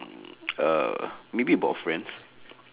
mm uh maybe about friends